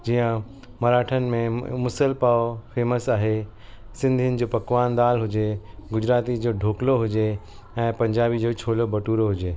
जीअं मराठनि में मिसल पाओ फेमस आहे सिंधीयुन जो पकवान दालि हुजे गुजराती जो ढोकलो हुजे ऐं पंजाबी जो छोलो भटूरो हुजे